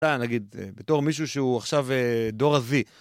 נגיד בתור מישהו שהוא עכשיו דור ה-Z